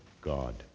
God